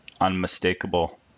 unmistakable